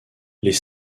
les